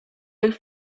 już